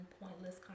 pointless